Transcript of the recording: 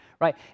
Right